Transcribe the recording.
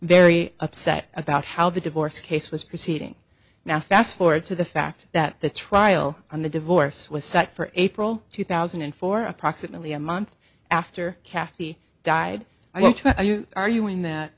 very upset about how the divorce case was proceeding now fast forward to the fact that the trial on the divorce was set for april two thousand and four approximately a month after kathy died i want to arguing that